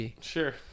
Sure